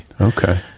Okay